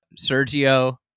Sergio